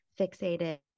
fixated